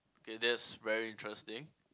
okay that's very interesting